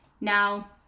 now